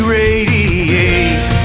radiate